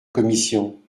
commission